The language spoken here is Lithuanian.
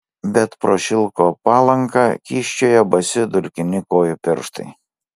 bet pro šilko palanką kyščiojo basi dulkini kojų pirštai